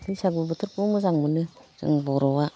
बैसागु बोथोरखौ मोजां मोनो जों बर'आ